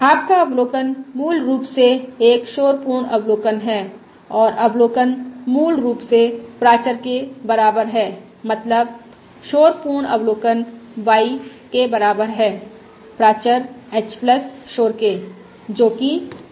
आपका अवलोकन मूल रूप से एक शोर पूर्ण अवलोकन है और अवलोकन मूल रूप से प्राचर के बराबर है मतलब शोर पूर्ण अवलोकन y बराबर है प्राचर h शोर के जो कि v है